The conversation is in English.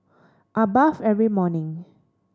I bathe every morning